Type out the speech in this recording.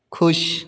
ਖੁਸ਼